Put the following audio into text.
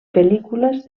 pel·lícules